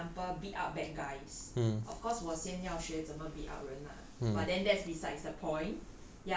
like for example beat up bad guys of course 我先要学怎么 beat up 人 lah but then that's beside the point